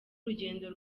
urugendo